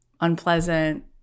unpleasant